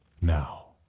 Now